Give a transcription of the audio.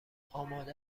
آماده